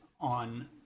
on